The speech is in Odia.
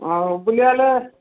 ହଁ ବୁଲି ଗଲେ